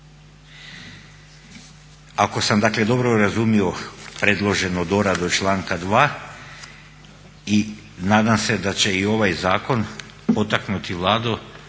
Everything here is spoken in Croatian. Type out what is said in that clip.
Ako sam dakle dobro razumio predloženu doradu članka 2. i nadam se da će i ovaj zakon potaknuti Vladu